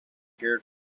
cared